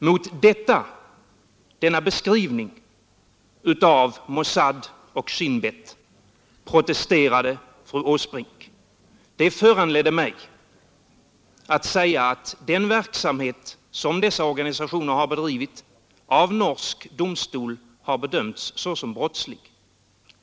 Mot denna beskrivning av Mossad och Shin Beth protesterade fru Åsbrink. Det föranledde mig att säga att den verksamhet, som dessa organisationer har bedrivit, av norsk domstol har bedömts såsom brottslig.